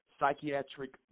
psychiatric